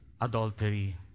adultery